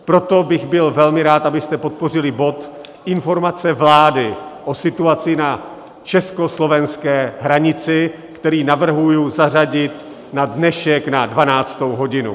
Proto bych byl velmi rád, abyste podpořili bod Informace vlády o situaci na československé hranici, který navrhuji zařadit na dnešek na 12. hodinu.